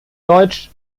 deutsch